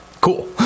Cool